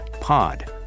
POD